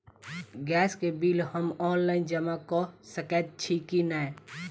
Gas केँ bill हम online जमा कऽ सकैत छी की नै?